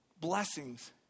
blessings